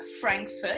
Frankfurt